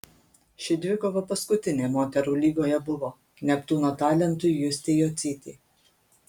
ši dvikova paskutinė moterų lygoje buvo neptūno talentui justei jocytei